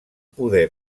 poder